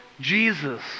Jesus